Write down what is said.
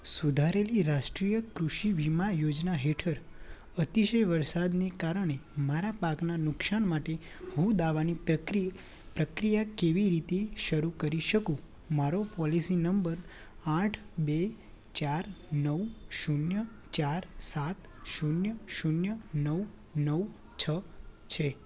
સુધારેલી રાષ્ટ્રીય કૃષિ વીમા યોજના હેઠળ અતિશય વરસાદને કારણે મારા પાકનાં નુકસાન માટે હું દાવાની પ્રક્રિ પ્રક્રિયા કેવી રીતે શરૂ કરી શકું મારો પોલિસી નંબર આઠ બે ચાર નવ શૂન્ય ચાર સાત શૂન્ય શૂન્ય નવ નવ છ છે